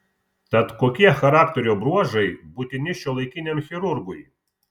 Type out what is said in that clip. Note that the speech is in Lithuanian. tad kokie charakterio bruožai būtini šiuolaikiniam chirurgui